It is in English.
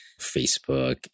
Facebook